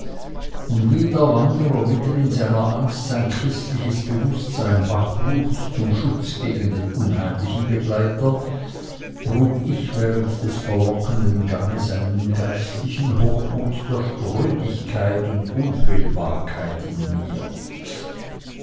und wie der wanderer mitten in seiner angst sein christliches bewußtsein wachruft zum schutze gegen den unheimlichen begleiter trug ich während des verlockenden ganges einen geistlichen hochmut der sprödigkeit und der unfehlbarkeit in mir